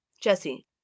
Jesse